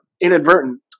inadvertent